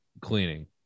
cleaning